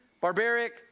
barbaric